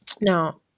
Now